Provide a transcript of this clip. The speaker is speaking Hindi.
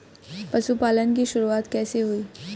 पशुपालन की शुरुआत कैसे हुई?